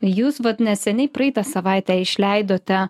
jūs vat neseniai praeitą savaitę išleidote